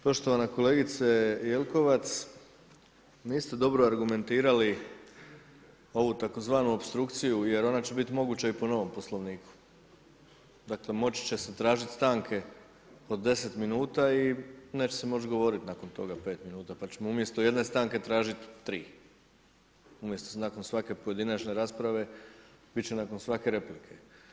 Poštovana kolegice Jelkovac, niste dobro argumentirali ovu tzv. opstrukciju jer ona će biti moguća i po novom Poslovniku, dakle moći će se tražiti stanke od 10 minuta i neće se moći govoriti nakon toga 5 minuta pa ćemo umjesto jedne stanke tražiti 3. Umjesto nakon svake pojedinačne rasprave, bit će nakon svake replike.